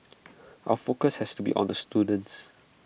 our focus has to be on the students